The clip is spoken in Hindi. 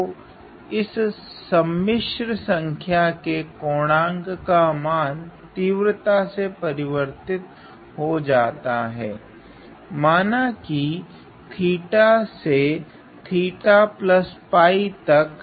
तो इस सम्मिश्र संख्या के कोणांक का मान तीव्रता से परिवर्तित हो जाता हैं माना की से तक